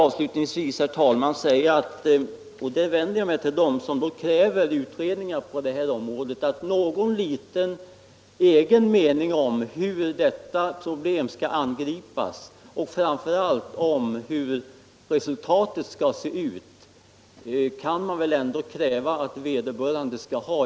Avslutningsvis, herr talman, måste jag vända mig till dem som kräver utredningar på det här området och säga, att någon liten egen mening om hur detta problem skall angripas — och framför allt hur resultatet skall se ut — kan man väl ändå begära att vederbörande skall ha.